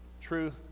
truth